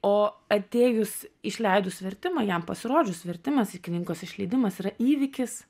o atėjus išleidus vertimą jam pasirodžius vertimas knygos išleidimas yra įvykis